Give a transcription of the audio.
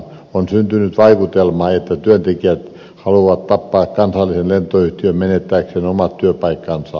on syntynyt vaikutelma että työntekijät haluavat tappaa kansallisen lentoyhtiön menettääkseen omat työpaikkansa